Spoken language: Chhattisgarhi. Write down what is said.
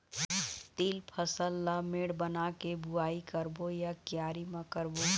तील फसल ला मेड़ बना के बुआई करबो या क्यारी म करबो?